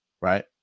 Right